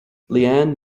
leanne